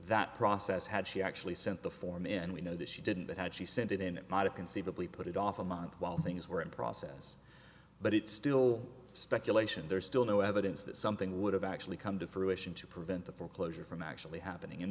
that process had she actually sent the form in and we know that she didn't but had she sent it in it might have conceivably put it off a month while things were in process but it's still speculation there's still no evidence that something would have actually come to fruition to prevent a foreclosure from actually happening and